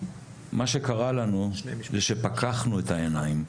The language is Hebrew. מה שקרה לנו זה שפקחנו את העיניים,